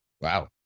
wow